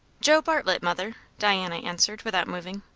joe bartlett, mother, diana answered without moving.